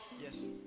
Yes